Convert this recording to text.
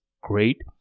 great